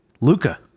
Luca